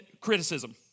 criticism